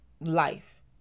life